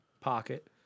pocket